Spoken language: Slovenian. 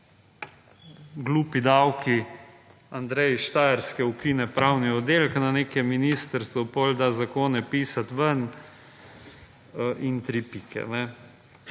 Glupi davki, Andrej iz Štajerske ukine pravni oddelek na nekem ministrstvu, potem da zakone pisati ven in tri pike.